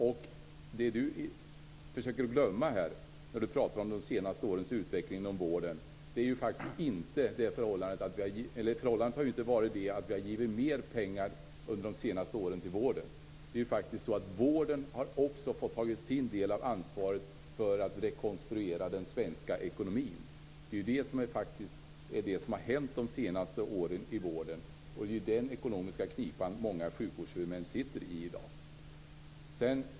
Det som Leif Carlson glömmer när han pratar om de senaste årens utveckling inom vården är att förhållandet inte är det att vi har givit mer pengar till vården. Vården har också fått ta sin del av ansvaret för att rekonstruera den svenska ekonomin. Det är det som har hänt de senaste åren i vården, och det är i den ekonomiska knipan som många sjukvårdshuvudmän sitter i dag.